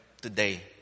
today